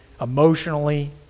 emotionally